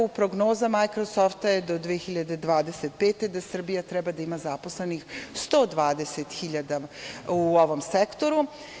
Prognoza „Majkrosofta“ do 2025. godine je da Srbija treba da ima zaposlenih 120.000 u ovom sektoru.